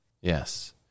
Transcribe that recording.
Yes